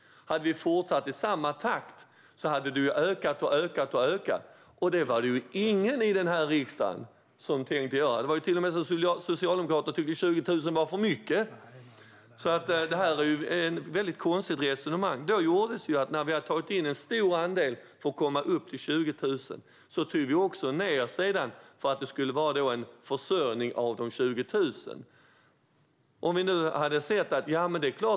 Hade vi fortsatt i samma takt skulle antalet ha ökat och ökat, och det var det ingen i den här riksdagen som ville. Det var ju till och med så att Socialdemokraterna tyckte att 20 000 var för mycket, så det här är ett konstigt resonemang. När vi hade tagit in ett stort antal studenter för att komma upp i 20 000 poliser minskade vi sedan antalet platser för att det skulle vara en försörjning av de 20 000 platserna och inte en ökning.